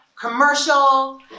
Commercial